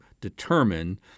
determine